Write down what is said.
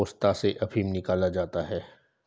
पोस्ता से अफीम निकाला जाता है